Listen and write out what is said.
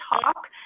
talk